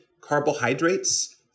carbohydrates